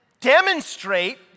demonstrate